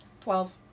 Twelve